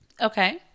Okay